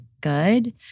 good